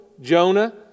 Jonah